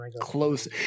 close